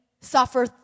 suffer